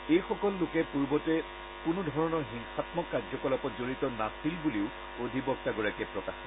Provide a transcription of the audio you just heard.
এইসকল লোকে পূৰ্বতে কোনো ধৰণৰ হিংসামক কাৰ্যকলাপত জড়িত নাছিল বুলিও অধিবক্তাগৰাকীয়ে প্ৰকাশ কৰে